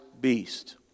beast